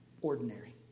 ordinary